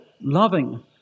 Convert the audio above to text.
loving